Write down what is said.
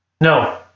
No